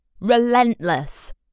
Relentless